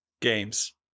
games